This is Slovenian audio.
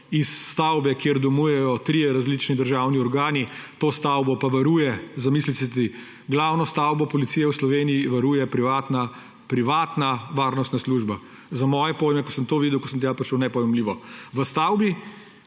iz stavbe, kjer domujejo trije različni državni organi, to stavbo pa varuje − zamislite si − glavno stavbo policije v Sloveniji varuje privatna varnostna služba. Za moje pojme, ko sem to videl, ko sem tja prišel, nepojmljivo. V stavbi